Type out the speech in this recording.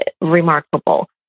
remarkable